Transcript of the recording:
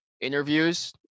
interviews